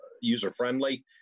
user-friendly